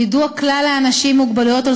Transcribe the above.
יידוע כלל האנשים עם מוגבלויות על